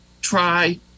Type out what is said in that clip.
try